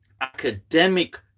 academic